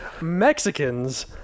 Mexicans